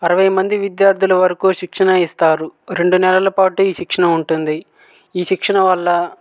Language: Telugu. అరవై మంది విద్యార్థుల వరకు శిక్షణ ఇస్తారు రెండు నెలల పాటు ఈ శిక్షణ ఉంటుంది ఈ శిక్షణ వల్ల